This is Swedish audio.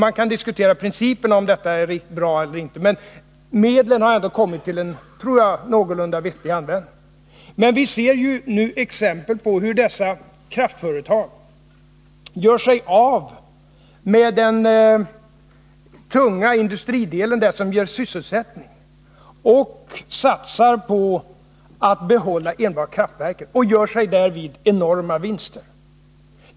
Man kan diskutera principerna — om detta är bra eller inte — men jag tror att medlen kommit till en någorlunda vettig användning. Vi ser nu exempel på hur dessa kraftföretag gör sig av med den tunga industridelen, den som ger sysselsättning, och därvid gör de sig enorma vinster.